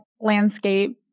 landscape